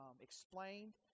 explained